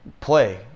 play